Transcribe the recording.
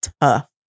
tough